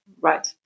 Right